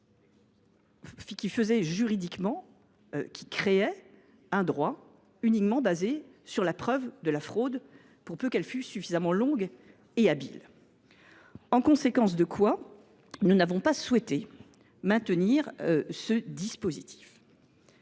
qui aurait juridiquement créé un droit uniquement fondé sur la preuve de la fraude, pour peu qu’elle fût suffisamment longue et habile. En conséquence, nous n’avons pas souhaité maintenir ce dispositif